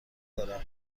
دارم